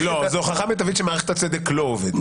זו הוכחה מיטבית שמערכת הצדק לא עובדת.